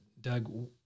Doug